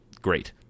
great